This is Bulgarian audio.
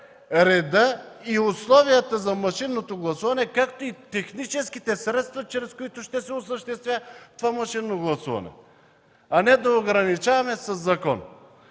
реда и условията за машинното гласуване, както и техническите средства, чрез които ще се осъществява това машинно гласуване, а не да ограничаваме със закон.